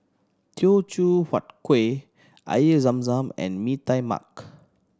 Teochew Huat Kueh Air Zam Zam and Mee Tai Mak